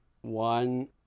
one